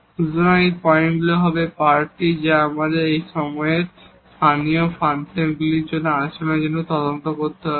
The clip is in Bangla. সুতরাং এই পয়েন্টগুলি হবে ক্যান্ডিডেড যা আমাদের সেই সময়ে ফাংশনের স্থানীয় আচরণের জন্য তদন্ত করতে হবে